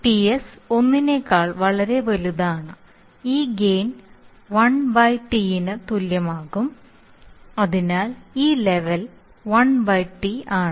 Ts 1 നെക്കാൾ വളരെ വലുതാണ് ഈ ഗെയിൻ 1 T ന് തുല്യമാകും അതിനാൽ ഈ ലെവൽ 1 T ആണ്